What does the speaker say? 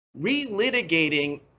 relitigating